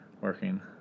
working